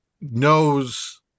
knows